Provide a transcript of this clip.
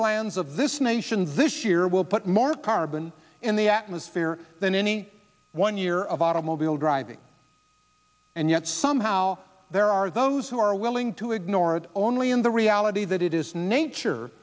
public lands of this nation this year will put more carbon in the atmosphere than any one year of automobile driving and yet somehow there are those who are willing to ignore it only in the reality that it is nature